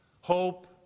hope